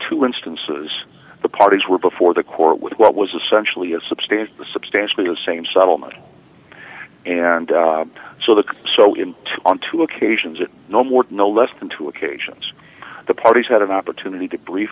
two instances the parties were before the court with what was essentially a substantial substantially the same settlement and so the so on two occasions that no more no less than two occasions the parties had an opportunity to brief